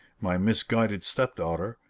my misguided stepdaughter,